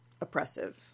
oppressive